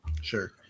Sure